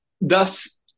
Thus